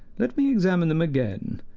let me examine them again.